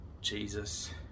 Jesus